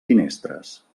finestres